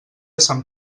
sant